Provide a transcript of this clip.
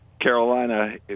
Carolina